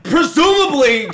Presumably